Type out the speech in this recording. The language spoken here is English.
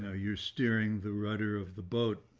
ah you're steering the rudder of the boat,